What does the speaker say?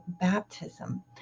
baptism